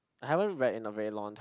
I haven't read in a very long time